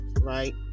right